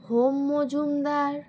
home Majumdar